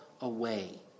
away